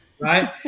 Right